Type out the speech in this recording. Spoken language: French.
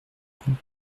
dragons